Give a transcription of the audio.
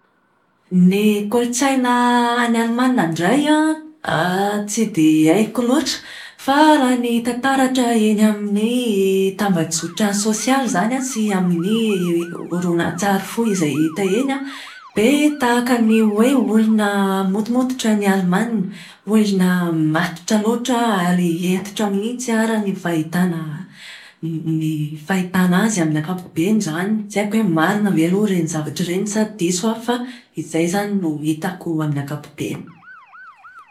Ny kolotsaina any Alemana indray an, an tsy dia haiko loatra fa raha ny hita taratra eny amin'ny tambajotra sosialy izany an, sy ny amin'ny horonantsary fohy izay hita eny an, dia tahaka ny hoe olona motomototra ny alemana. Olona matotra loatra ary hentitra mihitsy ara ny fahitàna ny fahitàna azy amin'ny ankapobeny izany. Tsy haiko hoe marina ve aloha ireny zavatra ireny sa diso an, fa izay izany no hitako amin'ny ankapobeny.